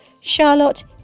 Charlotte